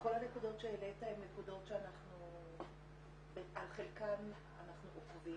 כל הנקודות שהעלית הן נקודות שעל חלקן אנחנו עוקבים.